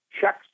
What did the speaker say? checks